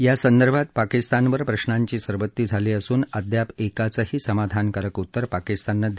यासंदर्भात पाकिस्तानवर प्रश्नांची सरबत्ती झाली असून अद्याप एकाचंही समाधानकारक उत्तर पाकिस्तानने दिलं नाही